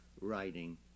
writing